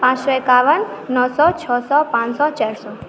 पांच सए एकावन नओ सए छओ सए पांच सए चारि सए